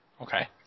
Okay